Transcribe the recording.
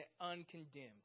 uncondemned